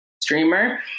streamer